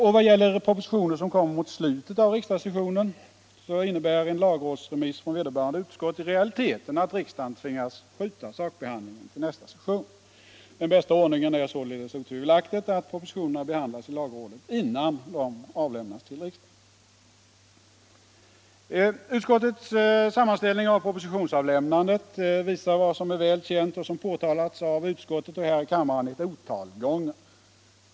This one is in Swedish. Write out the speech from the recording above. I vad gäller propositioner som kommer mot slutet av riksdagssessionen innebär en lagrådsremiss från vederbörande utskott i realiteten att riksdagen tvingas skjuta sakbehandlingen till nästa session. Den bästa ordningen är således otvivelaktigt att propositionerna behandlas i lagrådet innan de avlämnas till riksdagen. Utskottets sammanställning av propositionsavlämnandet visar vad som är väl känt och som påtalats av utskottet och här i kammaren ett otal gånger.